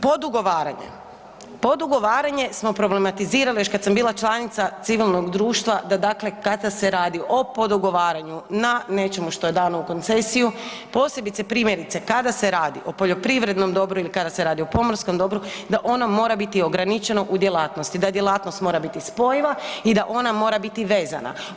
Podugovaranje, podugovaranje smo problematizirali još kad sam bila članica civilnog društva da dakle kada se radi o podugovaranju na nečemu što je dano u koncesiju, posebice primjerice kada se radi o poljoprivrednom dobru ili kada se radi o pomorskom dobru, da ono mora biti ograničeno u djelatnosti, da djelatnost mora biti spojiva i da ona mora biti vezana.